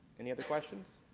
any other questions?